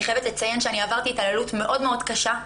אני חייבת לציין שאני עברתי התעללות מאוד מאוד קשה.